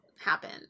Happen